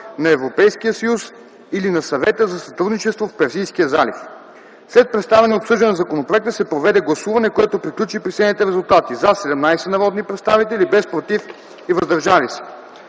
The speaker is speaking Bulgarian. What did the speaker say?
на Европейския съюз или на Съвета за сътрудничество в Персийския залив. След представяне и обсъждане на законопроекта се проведе гласуване, което приключи при следните резултати: „за” – 17 народни представители, без „против” и „въздържали се”.